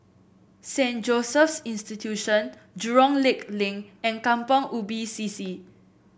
Saint Joseph's Institution Jurong Lake Link and Kampong Ubi C C